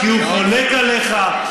כי הוא חולק עליך?